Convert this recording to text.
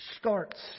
starts